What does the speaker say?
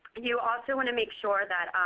you also want to make sure that